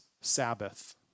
Sabbath